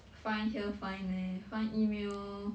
find here find there find email